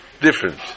different